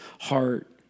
heart